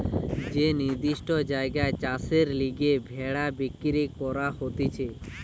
যে নির্দিষ্ট জায়গায় চাষের লিগে ভেড়া বিক্রি করা হতিছে